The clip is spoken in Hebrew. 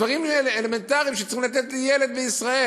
דברים אלמנטריים שצריכים לתת לילד בישראל.